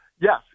yes